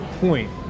point